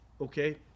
Okay